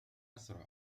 أسرع